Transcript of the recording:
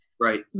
Right